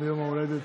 יום ההולדת,